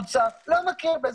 משרד האוצר לא מכיר בזה.